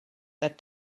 that